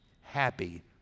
happy